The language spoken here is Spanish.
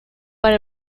para